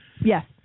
yes